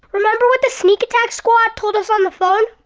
remember what the sneak attack squad told us on the phone?